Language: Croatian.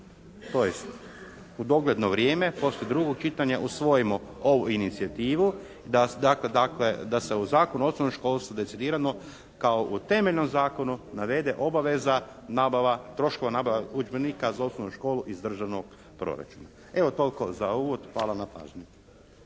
tj. u dogledno vrijeme poslije drugog čitanja usvojimo ovu inicijativu, dakle da se u Zakonu o osnovnom školstvu decidirano kao u temeljnom zakonu navede obaveza nabava, troškovi nabave udžbenika za osnovnu školu iz državnog proračuna. Evo toliko za ovo. Hvala na pažnji.